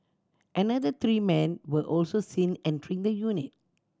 another three men were also seen entering the unit